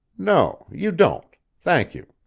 no, you don't. thank you.